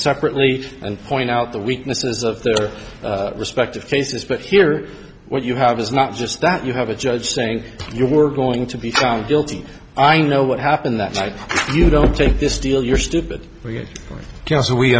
separately and point out the weaknesses of their respective cases but here what you have is not just that you have a judge saying you were going to be found guilty i know what happened that you don't take this deal you're stupid